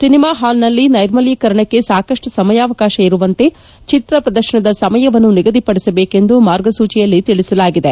cinema ಹಾಲ್ನಲ್ಲಿ ನೈರ್ಮಲ್ಚೀಕರಣಕ್ಕೆ ಸಾಕಷ್ಟು ಸಮಯಾವಕಾಶ ಇರುವಂತೆ ಚಿತ್ರಪ್ರದರ್ಶನದ ಸಮಯವನ್ನು ನಿಗದಿಪಡಿಸಬೇಕು ಎಂದು ಮಾರ್ಗಸೂಚಿಯಲ್ಲಿ ತಿಳಿಸಲಾಗಿದೆ